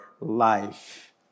life